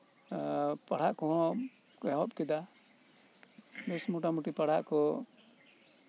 ᱮᱸᱜ ᱯᱟᱲᱦᱟᱜ ᱠᱚᱦᱚᱧ ᱮᱦᱚᱵ ᱠᱮᱫᱟ ᱵᱮᱥ ᱢᱚᱴᱟᱢᱩᱴᱤ ᱯᱟᱲᱦᱟᱜ ᱠᱚ